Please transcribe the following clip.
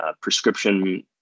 prescription